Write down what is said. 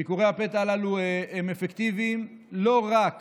ביקורי הפתע הללו אפקטיביים לא רק